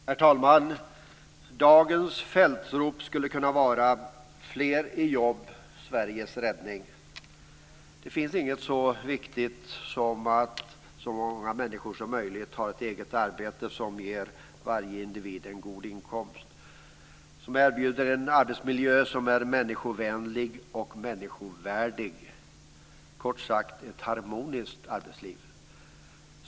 Herr talman! Dagens fältrop skulle kunna vara: Fler i jobb, Sveriges räddning! Det finns inget lika viktigt som att så många människor som möjlig har ett eget arbete som ger varje individ en god inkomst och erbjuder en arbetsmiljö som är människovänlig och människovärdig; kort sagt ett harmoniskt arbetsliv.